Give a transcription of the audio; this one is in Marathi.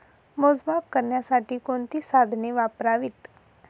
मोजमाप करण्यासाठी कोणती साधने वापरावीत?